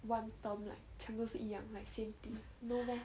one term like 全部是一样 like same thing no meh